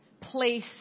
place